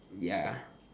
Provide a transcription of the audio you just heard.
ya